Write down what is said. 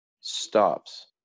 stops